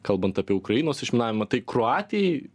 kalbant apie ukrainos išminavimą tai kroatijai